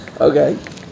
Okay